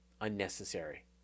unnecessary